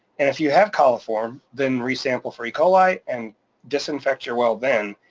and if you have coliform then re sample for e. coli and disinfect your well then,